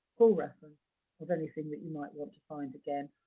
full reference of anything that you might want to find again,